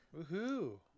Woohoo